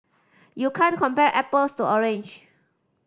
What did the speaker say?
you can't compare apples to orange